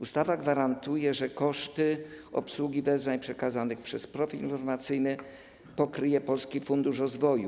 Ustawa gwarantuje, że koszty obsługi wezwań przekazanych przez profil informacyjny pokryje Polski Fundusz Rozwoju.